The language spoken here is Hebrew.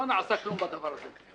לא נעשה כלום בדבר הזה.